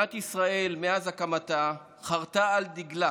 מאז הקמתה חרתה מדינת ישראל על דגלה